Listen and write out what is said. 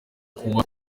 kuko